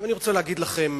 אני רוצה להגיד לכם,